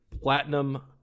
Platinum